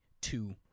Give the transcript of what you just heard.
two